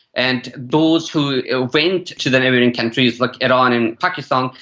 and those who ah went to the neighbouring countries, like iran and pakistan,